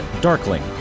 Darkling